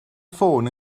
ffôn